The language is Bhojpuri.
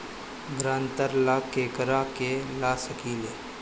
ग्रांतर ला केकरा के ला सकी ले?